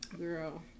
girl